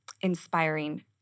inspiring